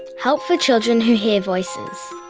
help for children who hear voices.